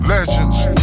Legends